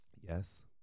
Yes